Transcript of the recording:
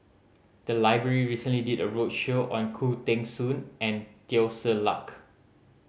the library recently did a roadshow on Khoo Teng Soon and Teo Ser Luck